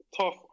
tough